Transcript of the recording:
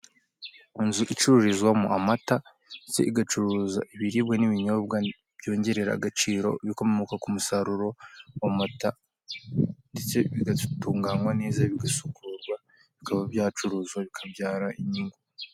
Inzu icururizwamo amata ndetse igacuruza ibiribwa n'ibinyobwa byongerera agaciro ibikomoka ku musaruro w'amata, ndetse bigatunganywa neza bigasukurwa, bikaba byacuruza bikabyara inyungu.